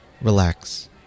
relax